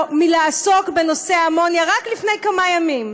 מלעסוק בנושא האמוניה רק לפני כמה ימים.